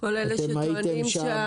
הייתם שם